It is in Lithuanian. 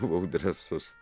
buvau drąsus